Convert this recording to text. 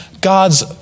God's